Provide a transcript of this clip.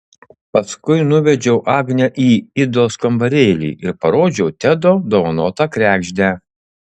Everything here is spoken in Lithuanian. paskui nuvedžiau agnę į idos kambarėlį ir parodžiau tedo dovanotą kregždę